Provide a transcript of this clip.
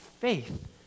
faith